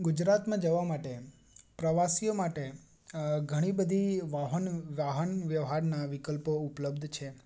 ગુજરાતમાં જવા માટે પ્રવાસીઓ માટે ઘણી બધી વાહન વ્યવહારના વિકલ્પો ઉપલબ્ધ છે